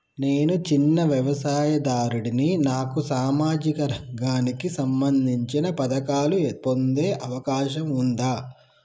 నేను చిన్న వ్యవసాయదారుడిని నాకు సామాజిక రంగానికి సంబంధించిన పథకాలు పొందే అవకాశం ఉందా?